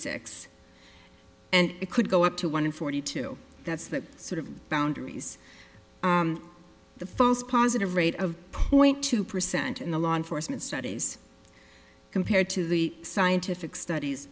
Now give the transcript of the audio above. six and it could go up to one in forty two that's the sort of boundaries the first positive rate of point two percent in the law enforcement studies compared to the scientific studies